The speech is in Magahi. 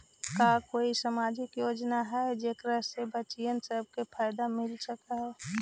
का कोई सामाजिक योजना हई जेकरा से बच्चियाँ सब के फायदा हो सक हई?